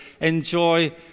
enjoy